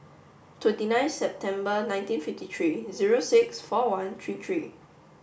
twenty nine September nineteen fifty three zero six four one three three